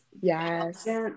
Yes